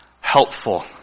helpful